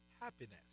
happiness